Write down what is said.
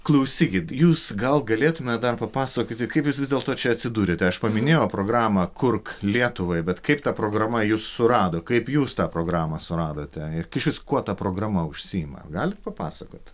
klausykit jūs gal galėtumėt dar papasakoti kaip jūs vis dėlto čia atsidūrėte aš paminėjau programą kurk lietuvai bet kaip ta programa jus surado kaip jūs tą programą suradote ir išvis kuo ta programa užsiima galit papasakot